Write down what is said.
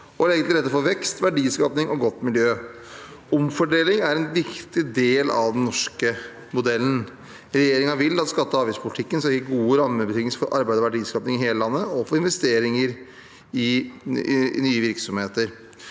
og legge til rette for vekst, verdiskaping og godt miljø. Omfordeling er en viktig del av den norske modellen. Regjeringen vil at skatte- og avgiftspolitikken skal gi gode rammebetingelser for arbeid og verdiskaping i hele landet og for investeringer i nye virksomheter.